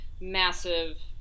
massive